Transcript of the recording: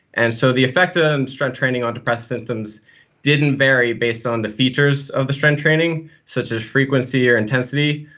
and so the effect of and strength training on depressive symptoms didn't vary based on the features of the strength training such as frequency or intensity,